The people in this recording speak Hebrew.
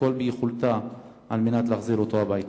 כל שביכולתה על מנת להחזיר אותו הביתה.